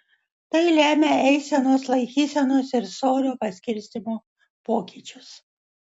tai lemia eisenos laikysenos ir svorio paskirstymo pokyčius